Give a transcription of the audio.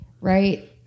right